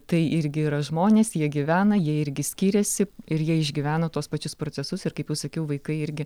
tai irgi yra žmonės jie gyvena jie irgi skiriasi ir jie išgyvena tuos pačius procesus ir kaip jau sakiau vaikai irgi